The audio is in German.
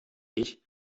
ich